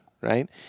right